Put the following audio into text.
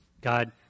God